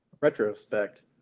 retrospect